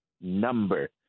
number